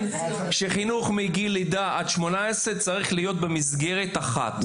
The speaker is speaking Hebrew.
שחינוך מגיל לידה ועד גיל 18 צריך להיות במסגרת אחת.